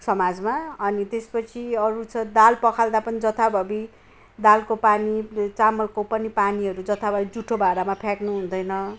समाजमा अनि त्यसपछि अरू छ दाल पखाल्दा पनि जताभाबी दालको पानी चामलको पनि पानीहरू जताभाबी जुठो भाँडामा फ्याँक्नु हुँदैन